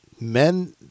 men